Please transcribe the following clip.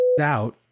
out